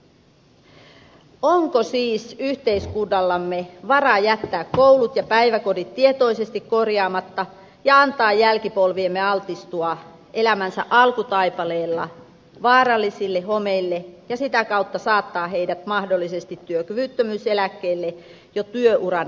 onko siis yhteiskunnallamme varaa jättää koulut ja päiväkodit tietoisesti korjaamatta ja antaa jälkipolviemme altistua elämänsä alkutaipaleella vaarallisille homeille ja sitä kautta saattaa heidät mahdollisesti työkyvyttömyyseläkkeelle jo työuran alussa